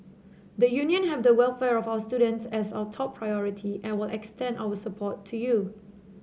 the Union have the welfare of our students as our top priority and will extend our support to you